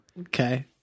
Okay